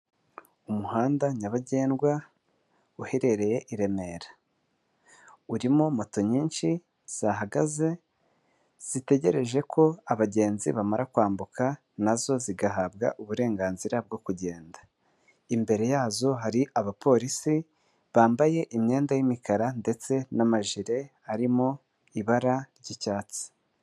Umuhanda nyabagendwa uherereye i Remera, urimo moto nyinshi zahagaze, zitegereje ko abagenzi bamara kwambuka na zo zigahabwa uburenganzira bwo kugenda, imbere yazo hari abapolisi bambaye imyenda y'umukara ndetse n'amajire arimo ibara ry'icyatsi.